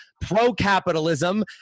pro-capitalism